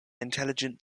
intelligent